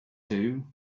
two